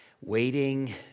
Waiting